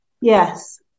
Yes